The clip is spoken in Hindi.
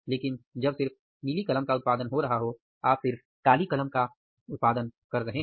लेकिन जब सिर्फ नीली कलम का उत्पादन हो रहा हो आप सिर्फ काली कलम का उत्पादन कर रहे हैं